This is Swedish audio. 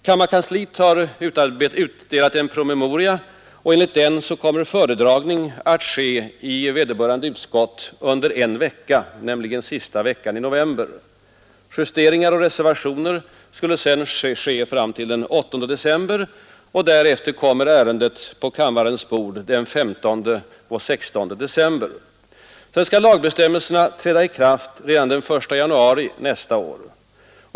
Kammarkansliet har utdelat en promemoria, och enligt den kommer föredragning att ske i vederbörande utskott under en vecka, nämligen den sista veckan i november. Justeringar och reservationer skulle sedan kunna ske fram till den 8 december, varefter ärendet kommer på kammarens bord den 15 och 16 december. Lagbestämmelserna skall sedan träda i kraft redan den 1 januari nästa år.